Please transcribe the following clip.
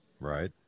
Right